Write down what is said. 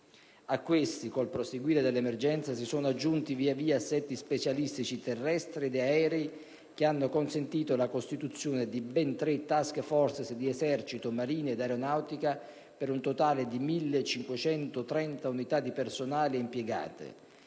A questi, nel prosieguo dell'emergenza, si sono aggiunti via via assetti specialistici terrestri ed aerei che hanno consentito la costituzione di ben tre *task force* di Esercito, Marina ed Aeronautica, per un totale di 1.530 unità di personale impiegate